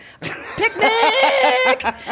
Picnic